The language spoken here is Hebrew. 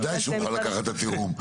בוודאי שהוא מוכן לקחת את התיאום,